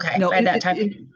Okay